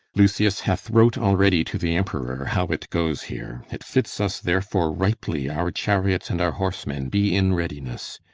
lucius hath wrote already to the emperor how it goes here. it fits us therefore ripely our chariots and our horsemen be in readiness.